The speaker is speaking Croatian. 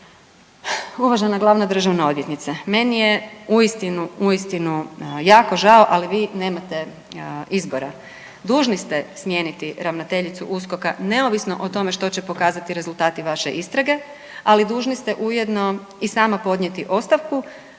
Uvažena glavna državna odvjetnice meni je uistinu, uistinu jako žao ali vi nemate izbora. Dužni ste smijeniti ravnateljicu USKOK-a neovisno o tome što će pokazati rezultati vaše istrage, ali dužni ste ujedno i sama podnijeti ostavku